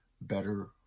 Better